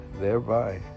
thereby